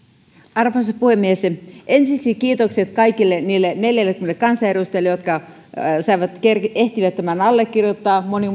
arvoisa puhemies ensiksi kiitokset kaikille niille neljällekymmenelle kansanedustajalle jotka ehtivät tämän allekirjoittaa moni